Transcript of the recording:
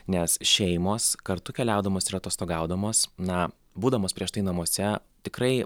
nes šeimos kartu keliaudamos ir atostogaudamos na būdamas prieš tai namuose tikrai